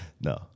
No